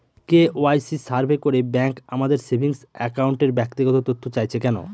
KYC survey করে bank আমাদের saving অ্যাকাউন্টের ব্যক্তিগত তথ্য চাইছে কেন?